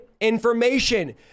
information